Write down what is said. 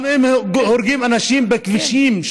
גם אם הם הורגים אנשים בכבישים,